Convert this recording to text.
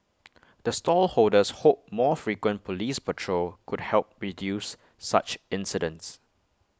the stall holders hope more frequent Police patrol could help reduce such incidents